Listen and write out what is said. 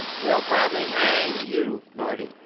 they'll probably hang you, buddy.